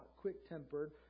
quick-tempered